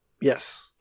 Yes